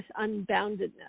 unboundedness